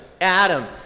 Adam